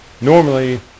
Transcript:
normally